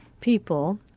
people